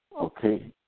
Okay